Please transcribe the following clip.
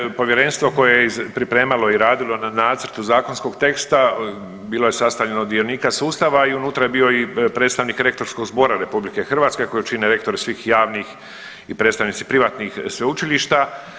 Dakle, povjerenstvo koje je pripremalo i radilo na nacrtu zakonskog teksta bilo je sastavljeno od dionika sustava i unutra je bio predstavnik Rektorskog zbora RH koji čine rektori svih javnih i predstavnici privatnih sveučilišta.